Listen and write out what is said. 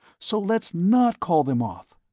so let's not call them off.